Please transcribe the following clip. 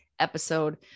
episode